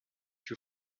you